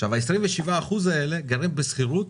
עכשיו ה-27 אחוז האלה גרים בשכירות